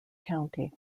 county